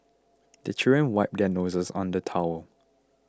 the children wipe their noses on the towel